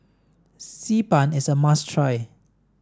Xi Ban is a must try